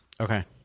Okay